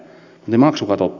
ne maksukatot